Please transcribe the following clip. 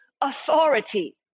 authority